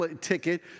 ticket